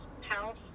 house